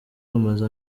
bamaze